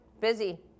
Busy